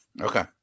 Okay